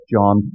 John